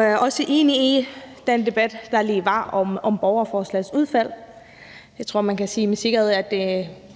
er også enig i den debat, der lige var om borgerforslagets udfald. Jeg tror, at man kan sige med sikkerhed, at